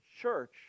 church